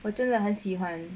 我真的很喜欢